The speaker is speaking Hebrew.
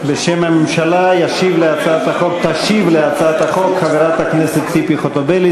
בשם הממשלה תשיב על הצעת החוק חברת הכנסת ציפי חוטובלי,